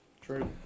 True